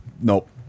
Nope